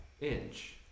inch